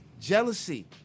Jealousy